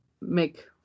make